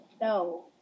No